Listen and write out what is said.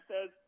says